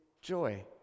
joy